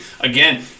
Again